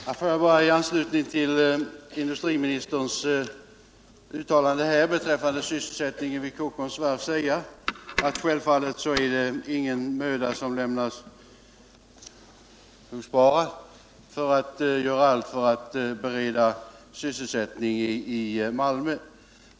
Herr talman! Får jag bara i anslutning till industriministerns uttalande här beträffande sysselsättningen vid Kockums varv säga, att självfallet får inte någon möda sparas för att göra allt för att bereda sysselsättning i Malmö.